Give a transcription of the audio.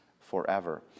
forever